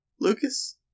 Lucas